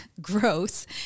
gross